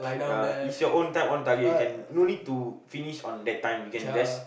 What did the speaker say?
ya it's your own time own target you can no need to finish on that time